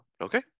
Okay